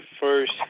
first